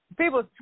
People